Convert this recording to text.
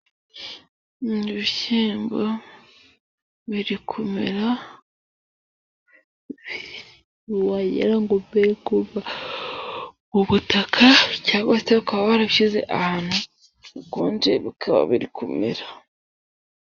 Ibishyimbo biri kumera, wagira ngo biri kuva mu butaka cyangwa se ukaba warashyize ahantu hakonje bikaba biri kumera.